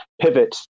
pivot